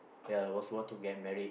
ya was worth to get married